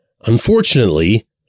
Unfortunately